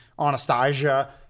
Anastasia